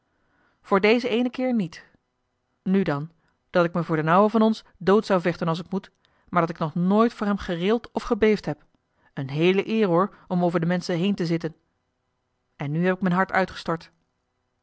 voor dezen éénen keer niet nu dan dat ik mij voor d'n ouwe van ons dood zou vechten als t moest maar dat ik nog nooit voor hem gerild of gebeefd heb een heele eer hoor om over de menschen heen te zitten en nu heb ik m'n hart uitgestort